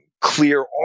clear